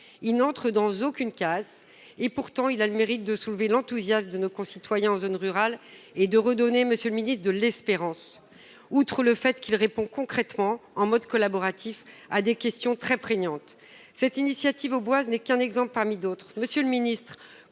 n'entre dans aucune case. Il a pourtant le mérite de soulever l'enthousiasme de nos concitoyens en zone rurale et, monsieur le ministre, de redonner de l'espérance. Outre qu'elle répond concrètement, selon un mode collaboratif, à des questions très prégnantes, cette initiative auboise n'est qu'un exemple parmi d'autres.